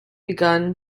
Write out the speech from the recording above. begun